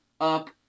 up